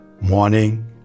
Morning